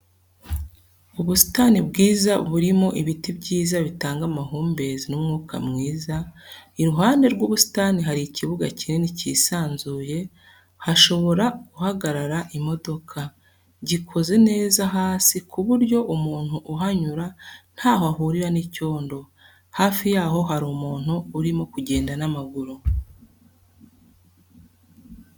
Ubusitani bwiza burimo ibiti byiza bitanga amahumbezi n'umwuka mwiza, iruhande rw'ubusitani hari ikibuga kinini cyisanzuye hashobora guhagarara imodoka, gikoze neza hasi ku buryo umuntu uhanyura ntaho ahurira n'icyondo. hafi yaho hari umuntu urimo kugenda n'amaguru.